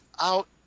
out